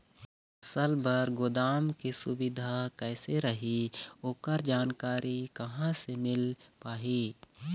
फसल बर गोदाम के सुविधा कैसे रही ओकर जानकारी कहा से मिल पाही?